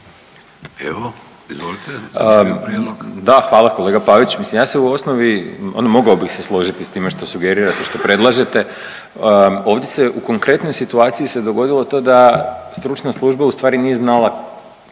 Bojan (Nezavisni)** Da, hvala kolega Pavić. Mislim ja se u osnovi ono mogao bi se složiti s time što sugerirate, što predlažete. Ovdje se u konkretnoj situaciji se dogodilo to da stručna služba ustvari nije znala